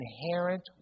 inherent